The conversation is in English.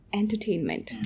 entertainment